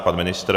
Pan ministr?